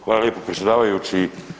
Hvala lijepo predsjedavajući.